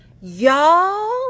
y'all